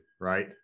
right